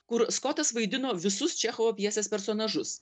kur skotas vaidino visus čechovo pjesės personažus